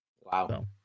Wow